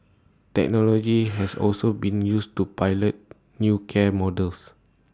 technology has also been used to pilot new care models